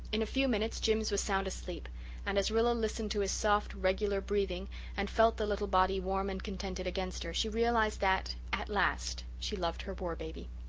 in a few minutes jims was sound asleep and, as rilla listened to his soft, regular breathing and felt the little body warm and contented against her, she realized that at last she loved her war-baby.